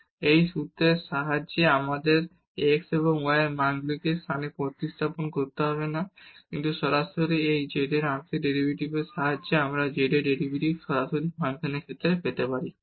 এবং এই সূত্রের সাহায্যে আমাদের এই x এবং y এর মানগুলিকে ফাংশনে প্রতিস্থাপন করতে হবে না কিন্তু সরাসরি এই z এর আংশিক ডেরিভেটিভের সাহায্যে আমরা z এর ডেরিভেটিভ সরাসরি ফাংশনের ক্ষেত্রে পেতে পারি